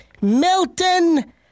Milton